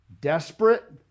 desperate